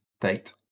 date